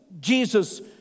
Jesus